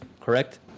correct